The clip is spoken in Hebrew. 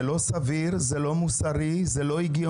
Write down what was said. זה לא סביר, זה לא מוסרי, זה לא הגיוני,